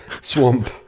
Swamp